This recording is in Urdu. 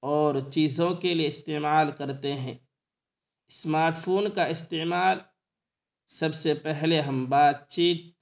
اور چیزوں کے لیے استعمال کرتے ہیں اسمارٹ فون کا استعمال سب سے پہلے ہم بات چیت